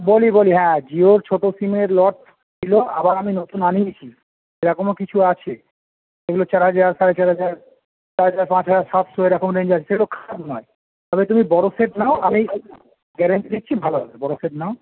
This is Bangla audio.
বলি বলি হ্যাঁ জিওর ছোটো সিমের লট ছিলো আবার আমি নতুন আনিয়েছি সেরকমও কিছু আছে এগুলো চার হাজার সাড়ে চার হাজার সাড়ে চার পাঁচ হাজার সাতশো এরকম রেঞ্জ আছে সেগুলো খারাপ নয় তবে তুমি বড়ো সেট নাও আমি গ্যারেন্টি দিচ্ছি ভালো হবে বড়ো সেট নাও